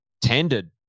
tended